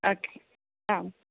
okay ആ